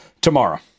tomorrow